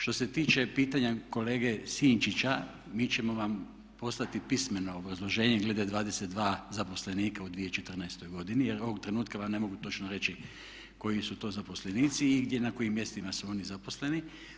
Što se tiče pitanja kolege Sinčića, mi ćemo vam poslati pismeno obrazloženje glede 22 zaposlenika u 2014. godini, jer ovog trenutka vam ne mogu točno reći koji su to zaposlenici i gdje, na kojim mjestima su oni zaposleni.